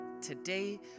today